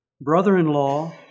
Brother-in-law